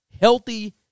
Healthy